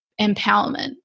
empowerment